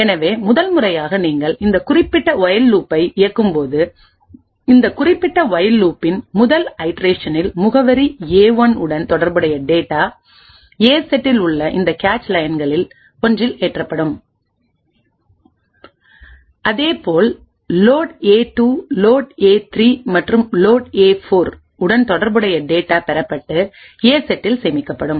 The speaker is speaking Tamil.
எனவே முதல் முறையாக நீங்கள் இந்த குறிப்பிட்ட ஒயில்லூப்பை இயக்கும் போது இந்த குறிப்பிட்ட ஒயில்லூப்பின் முதல் ஐட்ரேஷனில் முகவரி ஏ 1 உடன் தொடர்புடைய டேட்டா ஏ செட்டில் உள்ள இந்த கேச் லயன்களில் ஒன்றில் ஏற்றப்படும் அதேபோல் லோட் ஏ 2 லோட் ஏ 3 மற்றும் லோட் ஏ 4 உடன் தொடர்புடைய டேட்டா பெறப்பட்டு A செட்டில் சேமிக்கப்படும்